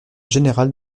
générale